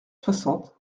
soixante